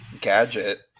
gadget